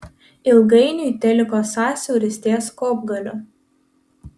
ilgainiui teliko sąsiauris ties kopgaliu